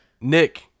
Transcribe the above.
Nick